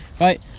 right